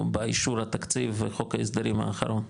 באישור התקציב וחוק ההסדרים האחרון,